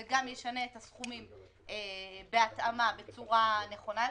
זה גם ישנה את הסכומים בהתאמה בצורה נכונה יותר.